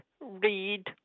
read